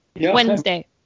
wednesday